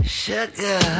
sugar